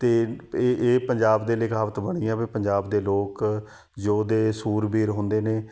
ਅਤੇ ਇਹ ਇਹ ਪੰਜਾਬ ਦੇ ਲਿਖਾਵਤ ਬਣੀ ਆ ਵੀ ਪੰਜਾਬ ਦੇ ਲੋਕ ਯੋਧੇ ਸੂਰਬੀਰ ਹੁੰਦੇ ਨੇ